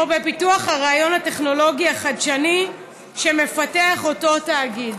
בפיתוח של הרעיון הטכנולוגי החדשני שמפתח אותו תאגיד.